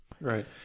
right